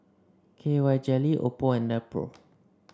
K Y Jelly Oppo and Nepro